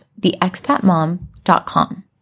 theexpatmom.com